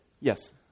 Yes